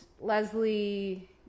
leslie